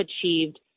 achieved